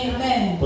Amen